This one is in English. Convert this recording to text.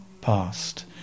past